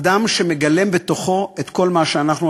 אדם שמגלם בתוכו את כל מה שאנחנו,